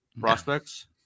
Prospects